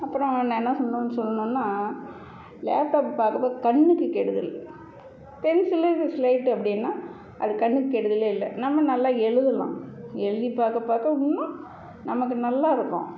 அப்புறம் நான் என்ன சொன்னேன்னு சொல்லுணும்னா லேப்டாப்பு பாக்கிறது கண்ணுக்குக் கெடுதல் பென்சிலு ஸ்லேட்டு அப்படின்னா அது கண்ணுக்கு கெடுதல் இல்லை நம்மளும் நல்லா எழுதலாம் எழுதி பார்க்க பார்க்க இன்னும் நமக்கு நல்லாயிருக்கும்